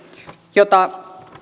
joita